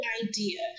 idea